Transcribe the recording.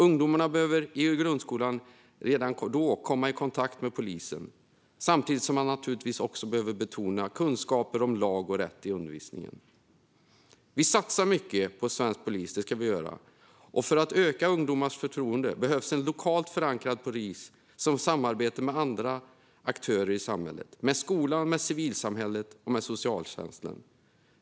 Ungdomarna behöver redan i grundskolan komma i kontakt med polisen, samtidigt som man behöver betona kunskaper om lag och rätt i undervisningen. Vi satsar mycket på svensk polis, och det ska vi. För att öka ungdomars förtroende behövs en lokalt förankrad polis som samarbetar med andra aktörer i samhället, med skolan, med civilsamhället och med socialtjänsten.